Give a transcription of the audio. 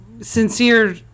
sincere